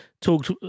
talked